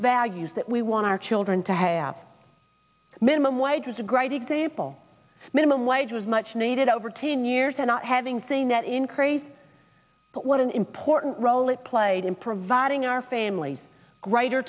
values that we want our children to have minimum wage was a great example minimum wage was much needed over ten years and not having seen that increase but what an important role it played in providing our families greater